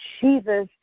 Jesus